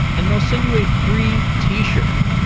and they'll send you a free t-shirt.